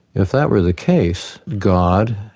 if that were the case, god,